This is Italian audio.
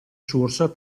source